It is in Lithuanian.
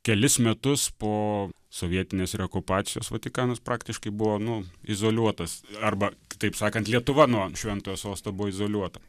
kelis metus po sovietinės reokupacijos vatikanas praktiškai buvo nu izoliuotas arba kitaip sakant lietuva nuo šventojo sosto buvo izoliuota